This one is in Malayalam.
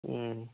മ്മ്